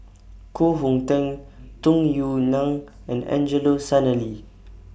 Koh Hong Teng Tung Yue Nang and Angelo Sanelli